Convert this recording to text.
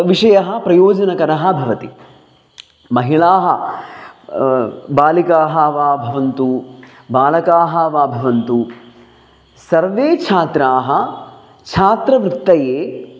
विषयः प्रयोजनकरः भवति महिलाः बालिकाः वा भवन्तु बालकाः वा भवन्तु सर्वे छात्राः छात्रवृत्तये